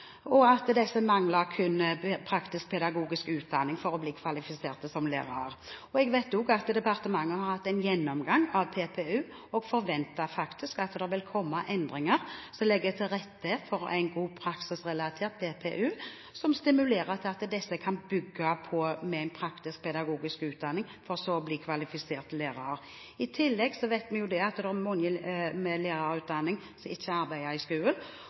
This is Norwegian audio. og at disse kun mangler praktisk-pedagogisk utdanning for å bli kvalifiserte som lærere. Jeg vet også at departementet har hatt en gjennomgang av PPU, og jeg forventer faktisk at det vil komme endringer som legger til rette for en god praksisrelatert PPU. som stimulerer til at man kan bygge på med en praktisk-pedagogisk utdanning for så å bli kvalifisert lærer. I tillegg vet vi at det er mange med lærerutdanning som ikke arbeider i skolen. Fjerning av tidstyver og det at det